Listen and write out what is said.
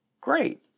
Great